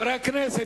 חברי הכנסת,